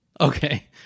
Okay